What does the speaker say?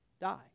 die